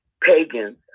pagans